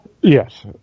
Yes